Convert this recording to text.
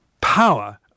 power